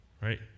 right